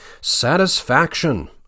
Satisfaction